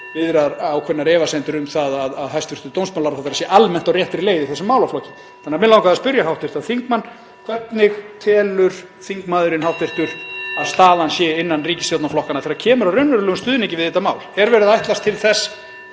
viðrað ákveðnar efasemdir um það að hæstv. dómsmálaráðherra sé almennt á réttri leið í þessum málaflokki. Þannig að mig langaði að spyrja hv. þingmann: Hvernig telur þingmaðurinn (Forseti hringir.) að staðan sé innan ríkisstjórnarflokkanna þegar kemur að raunverulegum stuðningi við þetta mál? Er verið að ætlast (Forseti